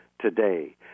today